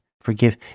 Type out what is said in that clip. forgive